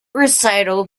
recital